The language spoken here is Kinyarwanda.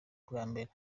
bwambere